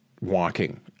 walking